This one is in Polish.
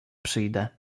przyjdę